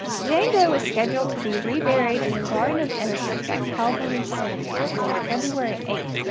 jane doe was scheduled to be reburied in the garden of innocents at calvary cemetery on february eight,